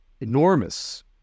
enormous